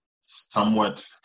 somewhat